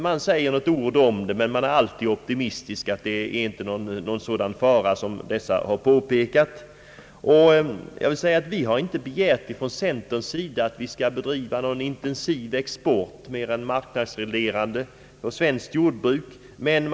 Man nämner några ord om det, men man är som alltid optimist och tror att det inte finns någon sådan fara som dessa experter har påpekat. Vi har från centerns sida inte begärt att man skall bedriva någon intensiv export, mer än marknadsreglerande för svenskt jordbruk.